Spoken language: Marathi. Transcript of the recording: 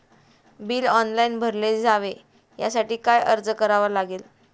बिल ऑनलाइन भरले जावे यासाठी काय अर्ज करावा लागेल?